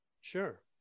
Sure